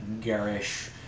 garish